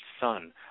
son